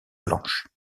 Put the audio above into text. blanches